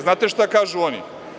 Znate šta kažu oni?